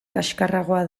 kaxkarragoa